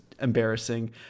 embarrassing